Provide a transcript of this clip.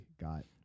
got